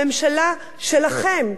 הממשלה שלכם,